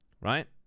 right